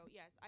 yes